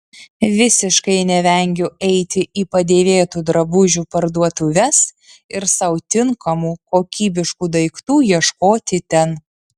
visiškai nevengiu eiti į padėvėtų drabužių parduotuves ir sau tinkamų kokybiškų daiktų ieškoti ten